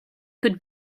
could